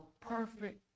perfect